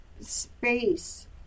space